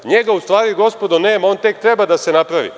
Njega, u stvari, gospodo, nema, on tek treba da se napravi.